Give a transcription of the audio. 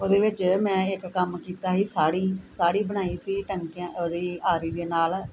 ਉਹਦੇ ਵਿੱਚ ਮੈਂ ਇੱਕ ਕੰਮ ਕੀਤਾ ਸੀ ਸਾੜੀ ਸਾੜੀ ਬਣਾਈ ਸੀ ਟੰਕਿਆਂ ਉਹਦੀ ਆਰੀ ਦੇ ਨਾਲ